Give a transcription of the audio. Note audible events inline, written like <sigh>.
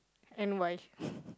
and why <breath>